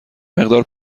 مقدار